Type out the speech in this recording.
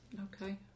Okay